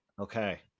Okay